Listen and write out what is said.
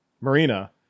Marina